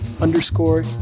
underscore